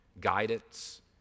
guidance